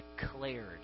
declared